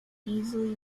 easily